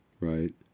right